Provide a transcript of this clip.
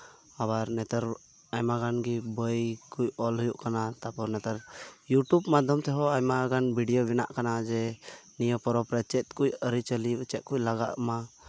ᱟᱵᱟᱨ ᱱᱮᱛᱟᱨ ᱟᱭᱢᱟ ᱜᱟᱱ ᱜᱮ ᱵᱳᱭ ᱠᱚ ᱚᱞ ᱦᱩᱭᱩᱜ ᱠᱟᱱᱟ ᱛᱟᱨᱯᱚᱨᱮ ᱱᱮᱛᱟᱨ ᱤᱭᱩᱴᱩᱵ ᱢᱟᱫᱽᱫᱷᱚᱢ ᱛᱮᱦᱚᱸ ᱟᱭᱢᱟ ᱜᱟᱱ ᱵᱷᱤᱰᱤᱭᱳ ᱵᱮᱱᱟᱜ ᱠᱟᱱᱟ ᱡᱮ ᱱᱤᱭᱟᱹ ᱯᱚᱨᱚᱵᱽ ᱨᱮ ᱪᱮᱫ ᱠᱚᱡ ᱡᱮ ᱟᱹᱨᱤᱪᱟᱹᱞᱤ ᱪᱮᱫ ᱠᱚ ᱞᱟᱜᱟᱜ ᱢᱟ